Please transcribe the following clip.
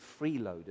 freeloaders